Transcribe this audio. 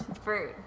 Fruit